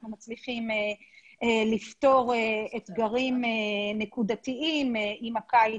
אנחנו מצליחים לפתור אתגרים נקודתיים כמו בקיץ